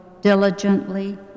Diligently